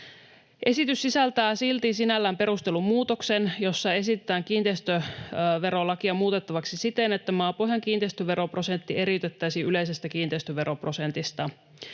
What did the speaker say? Esitys sisältää silti sinällään perustellun muutoksen, jossa esitetään kiinteistöverolakia muutettavaksi siten, että maapohjan kiinteistöveroprosentti eriytettäisiin yleisestä kiinteistöveroprosentista.